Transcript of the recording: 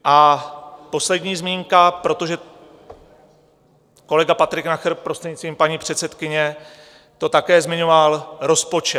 A poslední zmínka, protože kolega Patrik Nacher, prostřednictvím paní předsedkyně, to také zmiňoval rozpočet.